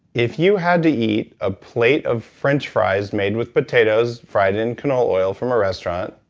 if you had to eat a plate of french fries made with potatoes fried in canola oil from a restaurant,